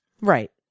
Right